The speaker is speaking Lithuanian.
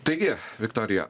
taigi viktorija